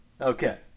Okay